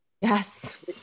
yes